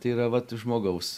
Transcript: tai yra vat žmogaus